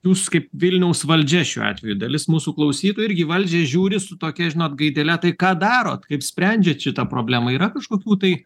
jūs kaip vilniaus valdžia šiuo atveju dalis mūsų klausytojų irgi į valdžią žiūri su tokia žinot gaidele tai ką darot kaip sprendžiat šitą problemą yra kažkokių tai